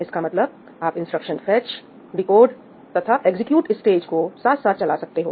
इसका मतलब आप इंस्ट्रक्शन फेच डीकोड तथा एग्जीक्यूट स्टेज को साथ साथ चला सकते हो